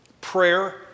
Prayer